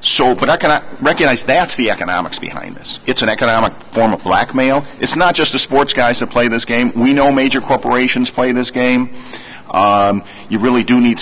so but i can recognize that's the economics behind this it's an economic form of blackmail it's not just the sports guys that play this game we know major corporations play this game you really do need